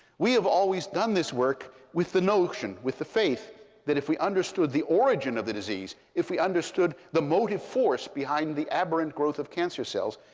we have always done this work with the notion, with the faith that if we understood the origin of the disease, if we understood the motive force behind the aberrant growth of cancer cells,